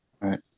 Right